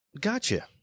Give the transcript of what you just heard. gotcha